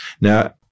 Now